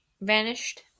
vanished